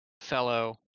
fellow